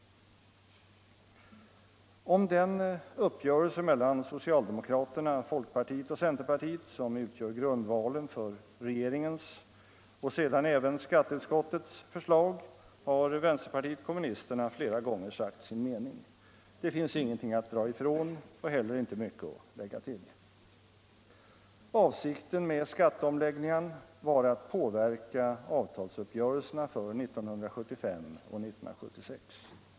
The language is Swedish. Om den uppgörelsen mellan socialdemokraterna, folkpartiet och centerpartiet, som utgör grundvalen för regeringens och sedan även skatteutskottets förslag, har vänsterpartiet kommunisterna flera gånger sagt sin mening. Det finns ingenting att dra ifrån och heller inte mycket att lägga till. Avsikten med skatteomläggningen var att påverka avtalsuppgörelserna för 1975 och 1976.